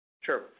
Sure